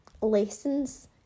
lessons